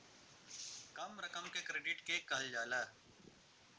कम रकम के क्रेडिट के कहल जाला